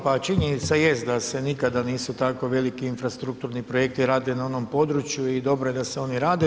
Pa činjenica jest da se nikada nisu tako veliki infrastrukturni projekti radili na onom području i dobro je da se oni rade.